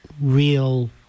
real